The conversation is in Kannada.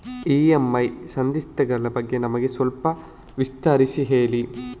ಇ.ಎಂ.ಐ ಸಂಧಿಸ್ತ ಗಳ ಬಗ್ಗೆ ನಮಗೆ ಸ್ವಲ್ಪ ವಿಸ್ತರಿಸಿ ಹೇಳಿ